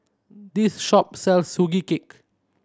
this shop sells Sugee Cake